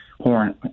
horn